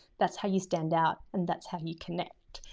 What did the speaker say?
that's how you stand out and that's how you connect.